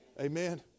Amen